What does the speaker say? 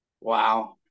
wow